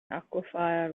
aquifer